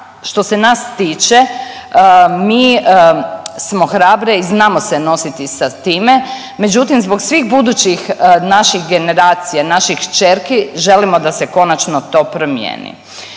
što se nas tiče mi smo hrabre i znamo se nositi sa time međutim zbog svih budućih naših generacija, naših kćerki želimo da se konačno to promijeni.